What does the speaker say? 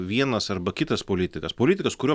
vienas arba kitas politikas politikas kurio